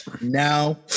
now